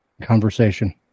Conversation